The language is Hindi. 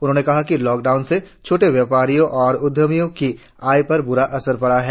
उन्होंने कहा कि लॉकडाउन से छोटे व्यापारियों और उद्यमियों की आय पर बूरा असर पड़ा है